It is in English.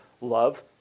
Love